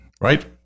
Right